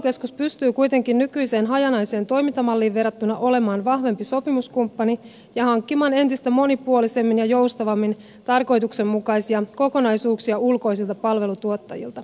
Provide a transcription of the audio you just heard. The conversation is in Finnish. palvelukeskus pystyy kuitenkin nykyiseen hajanaiseen toimintamalliin verrattuna olemaan vahvempi sopimuskumppani ja hankkimaan entistä monipuolisemmin ja joustavammin tarkoituksenmukaisia kokonaisuuksia ulkoisilta palvelutuottajilta